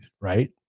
right